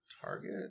target